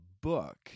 book